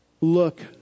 look